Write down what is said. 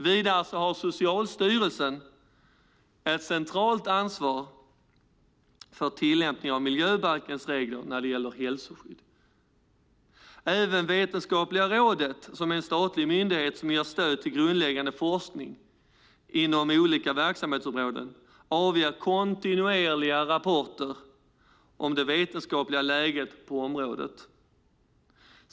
Vidare har Socialstyrelsen ett centralt ansvar för tillämpningen av miljöbalkens regler när det gäller hälsoskydd. Även Vetenskapliga rådet, som är en statlig myndighet som ger stöd till grundläggande forskning inom olika verksamhetsområden, avger kontinuerliga rapporter om det vetenskapliga läget på området.